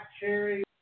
cherry